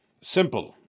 Simple